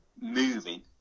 moving